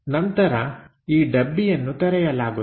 ನಂತರ ಈ ಡಬ್ಬಿಯನ್ನು ತೆರೆಯಲಾಗುತ್ತದೆ